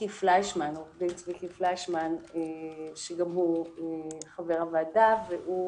עו"ד צביקי פליישמן הוא חבר הוועדה והוא